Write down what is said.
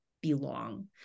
belong